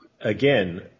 Again